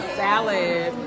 salad